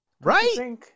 Right